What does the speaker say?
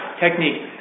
technique